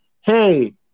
hey